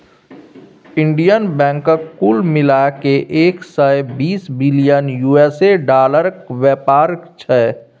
Indian बैंकक कुल मिला कए एक सय बीस बिलियन यु.एस डालरक बेपार छै